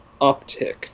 uptick